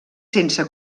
sense